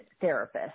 therapist